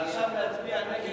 ועכשיו נצביע נגד,